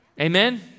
Amen